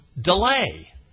delay